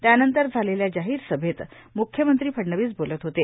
त्यानंतर झालेल्या जाहीर सभेत म्ख्यमंत्री फडणवीस बोलत होते